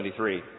1973